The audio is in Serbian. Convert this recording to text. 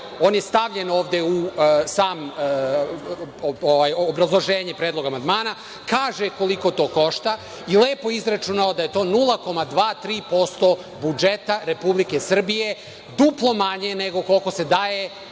On je stavljen ovde u samo obrazloženje predloga amandmana, kaže koliko to košta i lepo izračunao da je to 0,2-0,3 posto budžeta Republike Srbije, duplo manje nego koliko se daje